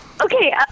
Okay